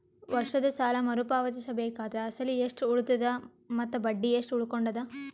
ವರ್ಷದ ಸಾಲಾ ಮರು ಪಾವತಿಸಬೇಕಾದರ ಅಸಲ ಎಷ್ಟ ಉಳದದ ಮತ್ತ ಬಡ್ಡಿ ಎಷ್ಟ ಉಳಕೊಂಡದ?